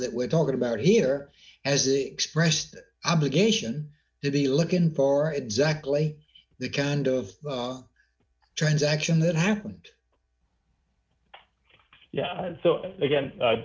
that we're talking about here has expressed that obligation to be lookin for exactly the kind of transaction that happened yeah so again